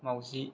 माउजि